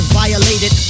violated